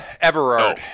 Everard